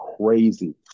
crazy